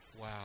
Wow